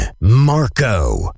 Marco